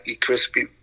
crispy